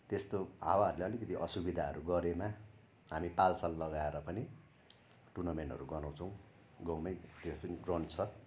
त्यस्तो हावाहरूले अलिकति असुविधा गरेमा हामी पालसाल लगाएर पनि टुर्नामेन्टहरू गराउँछौँ गाउँमै त्यो जुन ग्राउन्ड छ